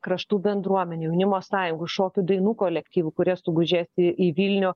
kraštų bendruomenių jaunimo sąjungų šokių dainų kolektyvų kurie sugužės į į vilnių